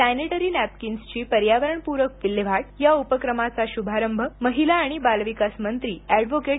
sanitary नॅपकिन्सची पर्यावरणप्रक विल्हेवाट या उपक्रमाचा शुभारंभ महिला आणि बालविकास मंत्री अेंड